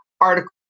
article